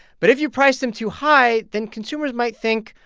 but if you price them too high, then consumers might think,